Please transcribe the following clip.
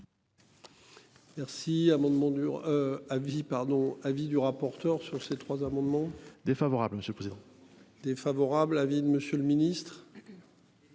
pardon avis du rapporteur sur ces trois amendements. Défavorable. Monsieur le président. Défavorable à vide. Monsieur le Ministre.